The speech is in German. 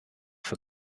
für